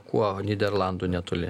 kuo nyderlandų netoli